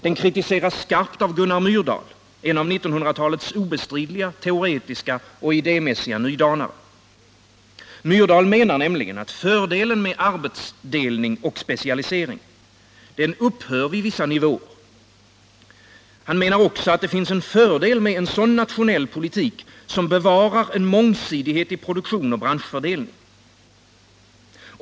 Den kritiseras skarpt av Gunnar Myrdal, en av 1900-talets obestridliga teoretiska och idémässiga nydanare. Myrdal menar nämligen att fördelen med arbetsfördelning och specialisering upphör vid vissa nivåer. Han menar också att det finns en fördel med en nationell politik som bevarar en mångsidighet i produktion och branschfördelning.